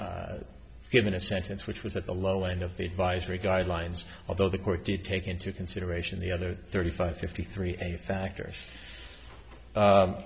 given a sentence which was at the low end of the advisory guidelines although the court did take into consideration the other thirty five fifty three factors